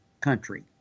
country